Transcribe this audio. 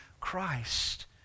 Christ